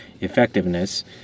effectiveness